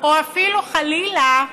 או אפילו, חלילה,